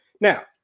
Now